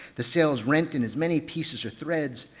the sails rent in as many pieces or threads,